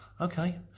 Okay